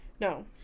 No